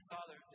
Father